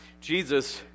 Jesus